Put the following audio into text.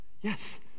Yes